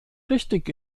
richtig